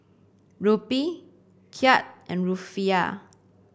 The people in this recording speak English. Rupee Kyat and Rufiyaa